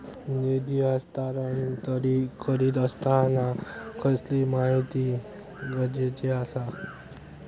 निधी हस्तांतरण करीत आसताना कसली माहिती गरजेची आसा?